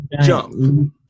jump